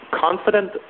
confident